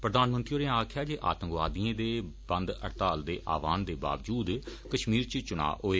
प्रधानमंत्री होरें आक्खेआ जे आतंकवादिएं दे बंद हड़ताल दे आहवान दे बावजूद कश्मीर च चुना होए